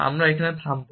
আমরা এখানে থামব